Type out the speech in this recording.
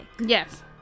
Yes